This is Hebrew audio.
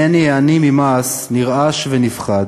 הנני העני ממעש, נרעש ונפחד,